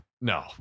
No